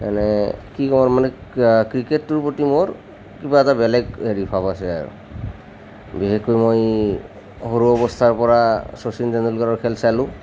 এনে কি ক'ম মানে ক্ৰিকেটটোৰ প্ৰতি মোৰ কিবা এটা বেলেগ হেৰি ভাব আছে আৰু বিশেষকৈ মই সৰু অৱস্থাৰ পৰা শচীন টেণ্ডুলকাৰৰ খেল চালোঁ